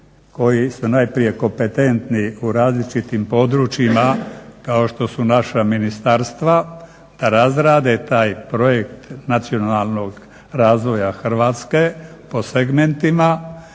koji su najprije kompetentni u različitim područjima kao što su naša ministarstva. Da razrade taj projekt nacionalnog razvoja Hrvatske po segmentima,